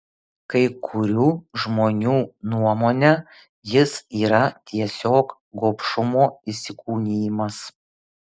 kai kurių žmonių nuomone jis yra tiesiog gobšumo įsikūnijimas